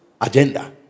agenda